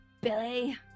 Billy